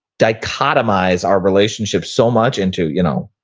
dichotomize our relationship so much into, you know,